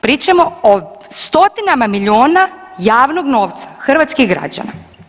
Pričamo o stotinama miliona javnog novca hrvatskih građana.